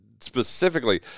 specifically